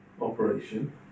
operation